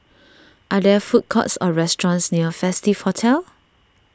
are there food courts or restaurants near Festive Hotel